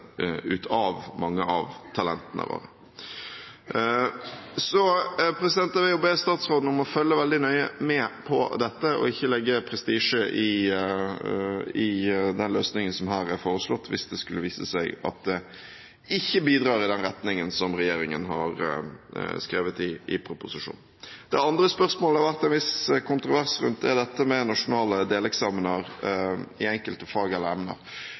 ut av mange av talentene våre. Jeg vil be statsråden om å følge veldig nøye med på dette og ikke legge prestisje i den løsningen som her er foreslått, hvis det skulle vise seg at den ikke bidrar i den retningen som regjeringen har beskrevet i proposisjonen. Det andre spørsmålet det har vært en viss kontrovers rundt, er dette med nasjonale deleksamener i enkelte fag eller emner.